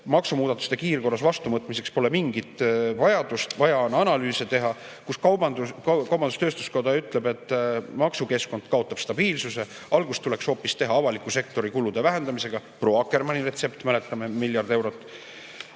maksumuudatuste kiirkorras vastuvõtmiseks pole mingit vajadust. Vaja on analüüse teha. Kaubandus-tööstuskoda ütleb, et maksukeskkond kaotab stabiilsuse. Algust tuleks hoopis teha avaliku sektori kulude vähendamisega. Proua Akkermanni retsept, mäletame, miljard eurot.